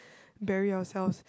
bury ourselves